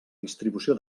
distribució